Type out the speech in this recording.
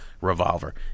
Revolver